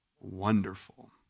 wonderful